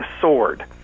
sword